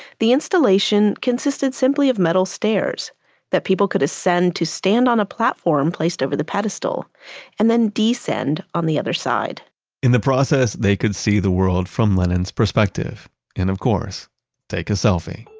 the installation consisted simply of metal stairs that people could ascend to stand on a platform placed over the pedestal and then descend on the other side in the process, they could see the world from lenin's perspective and of course take a selfie